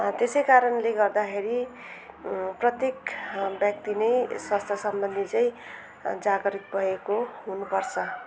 त्यसै कारणले गर्दाखेरि प्रत्येक व्यक्ति नै स्वास्थ्यसम्बन्धी चाहिँ जागरुक भएको हुनुपर्छ